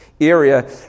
area